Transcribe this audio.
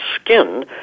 skin